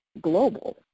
global